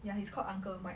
ya he's called uncle mike